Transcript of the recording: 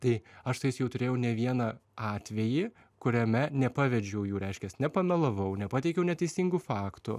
tai aš su jais jau turėjau ne vieną atvejį kuriame nepavedžiau jų reiškias nepamelavau nepateikiau neteisingų faktų